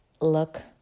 look